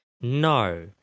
No